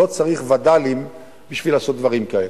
לא צריך וד"לים בשביל לעשות דברים כאלה.